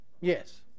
Yes